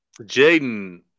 Jaden